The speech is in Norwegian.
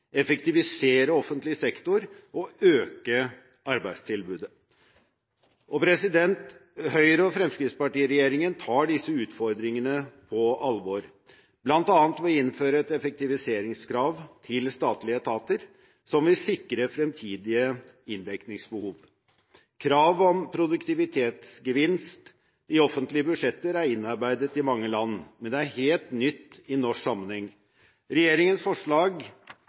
effektivisere offentlige sektor og øke arbeidstilbudet. Høyre–Fremskrittsparti-regjeringen tar disse utfordringene alvorlig, bl.a. ved å innføre et effektiviseringskrav til statlige etater som vil sikre fremtidige inndekningsbehov. Krav om produktivitetsgevinst i offentlige budsjetter er innarbeidet i mange land, men det er helt nytt i norsk sammenheng. Regjeringens forslag,